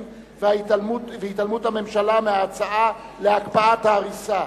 והתעלמות הממשלה מההצעות להקפאת ההריסה.